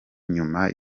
nyuma